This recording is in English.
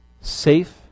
safe